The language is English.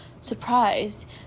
surprised